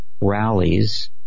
rallies